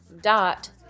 dot